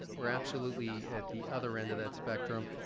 we're absolutely at the other end of that spectrum.